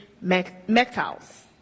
metals